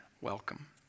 welcome